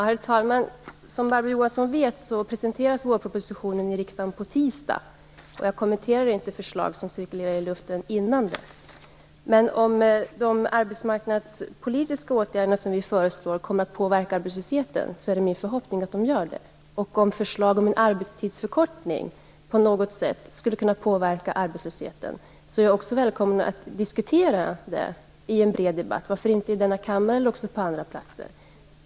Herr talman! Som Barbro Johansson vet presenteras vårpropositionen i riksdagen på tisdag, och jag kommenterar inte förslag som cirkulerar i luften innan dess. Men det är min förhoppning att de arbetsmarknadspolitiska åtgärder som vi föreslår kommer att påverka arbetslösheten, och om förslag om arbetstidsförkortning på något sätt skulle kunna påverka arbetslösheten välkomnar jag också en diskussion och en bred debatt om det, i denna kammare eller på andra platser.